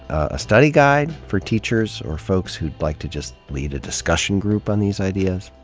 a study guide, for teachers or folks who'd like to just lead a discussion group on these ideas.